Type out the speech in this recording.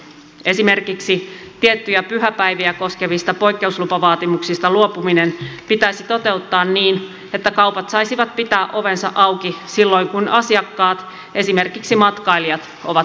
esimerkiksi tiettyjä pyhäpäiviä koskevista poikkeavista poikkeuslupavaatimuksista luopuminen pitäisi toteuttaa niin että kaupat saisivat pitää ovensa auki silloin kun asiakkaat esimerkiksi matkailijat ovat liikkeellä